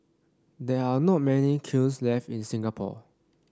there are not many kilns left in Singapore